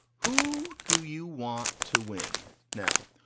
who do you want to win now?